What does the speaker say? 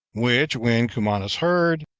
which, when cumanus heard,